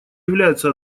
являются